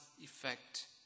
effect